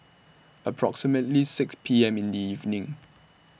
approximately six P M in The evening